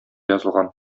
язылган